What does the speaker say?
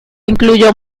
incluyó